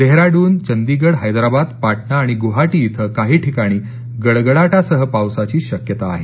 देहराद्न चंडीगड हैदराबाद पाटणा आणि गृवाहाटी इथं काहे ठिकाणी गडगडाटासह पावसाची शक्यता आहे